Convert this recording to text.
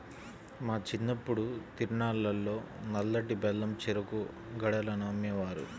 మా చిన్నప్పుడు తిరునాళ్ళల్లో నల్లటి బెల్లం చెరుకు గడలను అమ్మేవారు